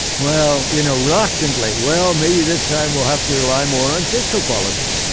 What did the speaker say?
well, you know, reluctantly, well, maybe this time we'll have to rely more on fiscal policy.